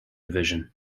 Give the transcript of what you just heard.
division